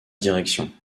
direction